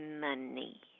money